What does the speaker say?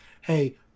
Hey